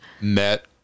met